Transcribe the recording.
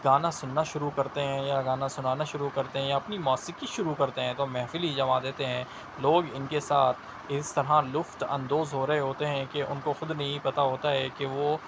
گانا سننا شروع کرتے ہیں یا گانا سنانا شروع کرتے ہیں یا اپنی موسیقی شروع کرتے ہیں تو محفل ہی جما دیتے ہیں لوگ ان کے ساتھ اس طرح لطف اندوز ہو رہے ہوتے ہیں کہ ان کو خود نہیں پتہ ہوتا ہے کہ وہ